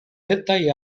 etaj